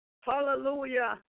Hallelujah